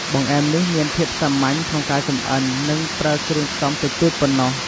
បង្អែមនេះមានភាពសាមញ្ញក្នុងការចម្អិន និងប្រើគ្រឿងផ្សំតិចតួចប៉ុណ្ណោះ។